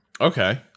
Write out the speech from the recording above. Okay